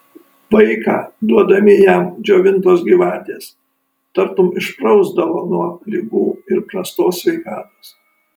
vaiką duodami jam džiovintos gyvatės tartum išprausdavo nuo ligų ir prastos sveikatos